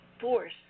force